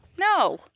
No